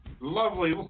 lovely